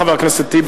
חבר הכנסת טיבי.